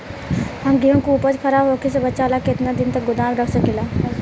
हम गेहूं के उपज खराब होखे से बचाव ला केतना दिन तक गोदाम रख सकी ला?